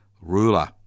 ruler